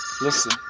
Listen